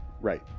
Right